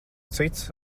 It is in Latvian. cits